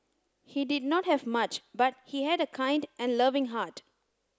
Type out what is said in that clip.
he did not have much but he had a kind and loving heart